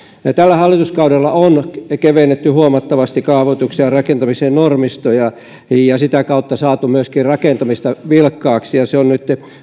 tällä hallituskaudella on kevennetty huomattavasti kaavoituksia ja rakentamisen normistoja ja sitä kautta saatu myöskin rakentamista vilkkaaksi se on nyt